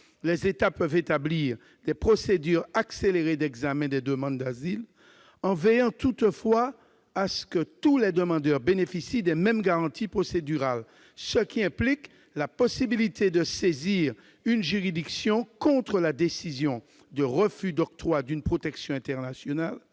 Les États peuvent établir des procédures accélérées d'examen des demandes d'asile, en veillant toutefois à ce que tous les demandeurs bénéficient des mêmes garanties procédurales, ce qui implique la possibilité de saisir une juridiction contre la décision de refus d'octroi d'une protection internationale